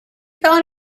thought